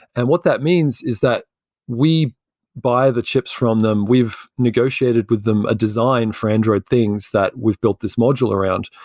and what that means is that we buy the chips from them. we've negotiated with them a design for android things that we've built this module around.